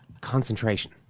concentration